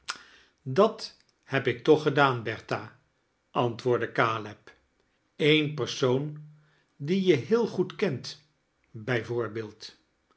dat heb ik toch gedaan bertha antwoordde caleb een persoon dien j heel goed kent